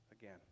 again